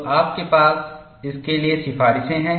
तो आपके पास इसके लिए सिफारिशें हैं